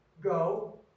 Go